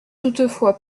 toutefois